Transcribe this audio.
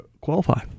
qualify